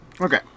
Okay